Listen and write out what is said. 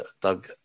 Doug